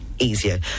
easier